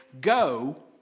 Go